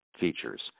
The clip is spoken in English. features